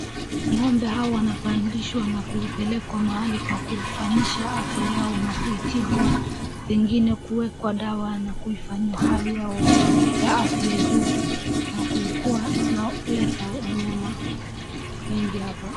Ng'ombe hawa wanapandishwa na kupelekwa mahali pa kufanyisha afya yao na kuitibu. Vingine kuwekwa dawa na kuifanyiwa hali yao ya afya juu na kuikua inaleta wanyama wengi hapa.